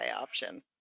option